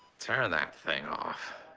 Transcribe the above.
turn that thing off.